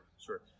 sure